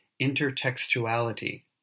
intertextuality